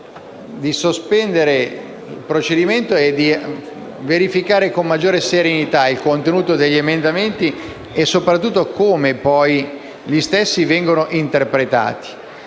di sospendere la seduta e di verificare con maggiore serenità il contenuto degli emendamenti, e soprattutto come poi gli stessi vengono interpretati.